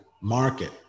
market